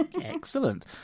Excellent